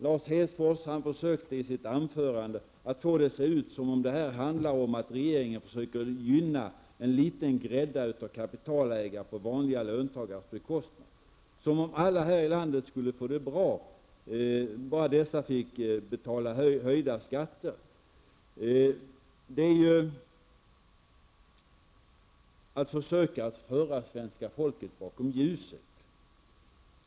Lars Hedfors försökte i sitt anförande att få det att se ut som om det handlar om att regeringen försöker gynna en liten grädda av kapitalägare på vanliga löntagares bekostnad, som om alla i det här landet skulle få det bra om dessa fick betala högre skatter. Det är att söka föra svenska folket bakom ljuset.